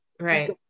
Right